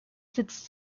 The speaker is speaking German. sitzt